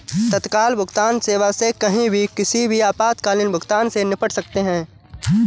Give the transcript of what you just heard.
तत्काल भुगतान सेवा से कहीं भी किसी भी आपातकालीन भुगतान से निपट सकते है